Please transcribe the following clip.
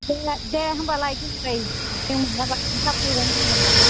जोंना दे होनबालाय गुमै जों माब्लाबा खिन्था बावबानो जाबाय